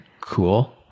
cool